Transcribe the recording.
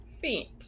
feet